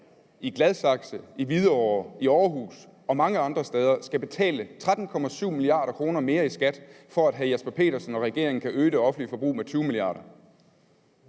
i Gladsaxe, i Hvidovre, i Aarhus og mange andre steder skal betale 13,7 mia. kr. mere i skat, for at hr. Jesper Petersen og regeringen kan øge det offentlige forbrug med 20 mia.